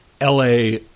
la